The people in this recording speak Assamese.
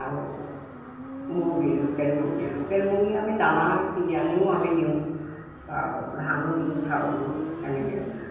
আৰু মুৰ্গী লোকেল মুৰ্গী লোকেল মুৰ্গী আমি দানা কিনি আনিও আমি দিওঁ বা ধানো দিওঁ চাউলো এনেকৈ